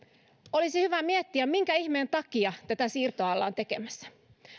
olisi hyvä miettiä minkä ihmeen takia tätä siirtoa ollaan tekemässä